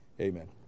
Amen